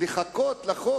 לחכות כחוק,